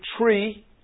tree